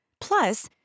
Plus